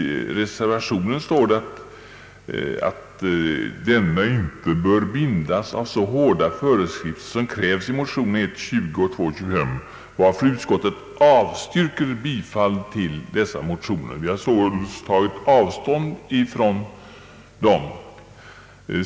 I reservationen anföres att den fortsatta planeringsverksamheten inte bör bindas av så hårda föreskrifter som föreslås i motionerna I: 20 och II: 25, varför reservanterna avstyrker bifall till dessa motioner. Vi har således tagit avstånd från dem.